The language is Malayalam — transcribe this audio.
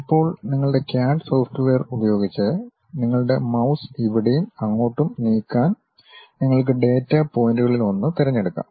ഇപ്പോൾ നിങ്ങളുടെ ക്യാഡ് സോഫ്റ്റ്വെയർ ഉപയോഗിച്ച് നിങ്ങളുടെ മൌസ് ഇവിടെയും അങ്ങോട്ടും നീക്കാൻ നിങ്ങൾക്ക് ഡാറ്റാ പോയിന്റുകളിലൊന്ന് തിരഞ്ഞെടുക്കാം